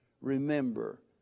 remember